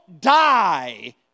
die